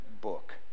book